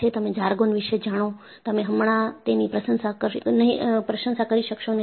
તમે જર્ગોન વિષે જાણો છો તમે હમણાં તેની પ્રશંસા કરી શકશો નહીં